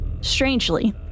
Strangely